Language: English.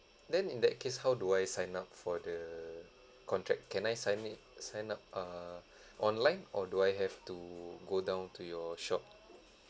then in that case how do I sign up for the contact can I sign it sign up err online or do I have to go down to your shop